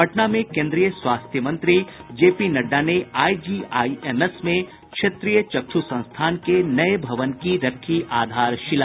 पटना में केन्द्रीय स्वास्थ्य मंत्री जेपी नड्डा ने आईजीआईएमएस में क्षेत्रीय चक्षु संस्थान के नये भवन की रखी आधारशिला